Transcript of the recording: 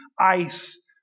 ice